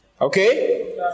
okay